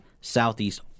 Southeast